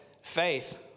faith